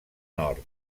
nord